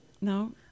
No